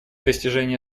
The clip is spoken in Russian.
достижение